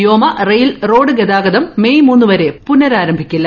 വ്യോമ rail road ഗതാഗതം May മൂന്നുവരെ പുനഃരാരംഭിക്കില്ല